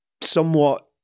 somewhat